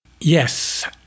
Yes